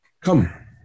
come